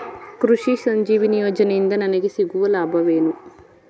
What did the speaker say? ಕೃಷಿ ಸಂಜೀವಿನಿ ಯೋಜನೆಯಿಂದ ನನಗೆ ಸಿಗುವ ಲಾಭವೇನು?